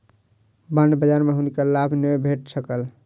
bond बजार में हुनका लाभ नै भेट सकल